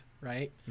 right